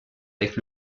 avec